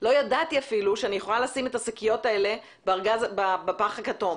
לא ידעתי אפילו שאני יכולה לשים את השקיות האלה בפח הכתום.